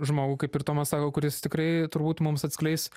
žmogų kaip ir tomas sako kuris tikrai turbūt mums atskleis